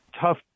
tough